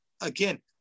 again